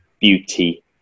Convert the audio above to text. beauty